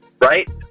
right